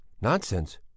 nonsense